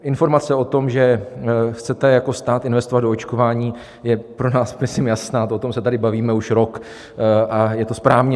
Informace o tom, že chcete jako stát investovat do očkování, je pro nás myslím jasná, o tom se tady bavíme už rok a je to správně.